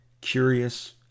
curious